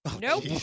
Nope